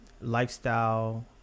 lifestyle